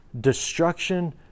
destruction